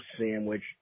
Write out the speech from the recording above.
sandwich